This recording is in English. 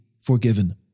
forgiven